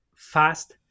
fast